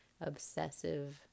obsessive